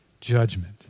judgment